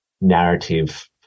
narrative